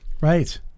Right